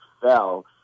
fell